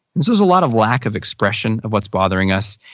this was a lot of lack of expression of what's bothering us.